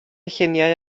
lluniau